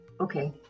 Okay